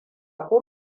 ko